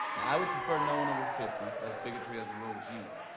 now i would prefer no one over fifty. less bigotry as a rule with youth.